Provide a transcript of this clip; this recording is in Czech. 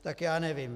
Tak já nevím.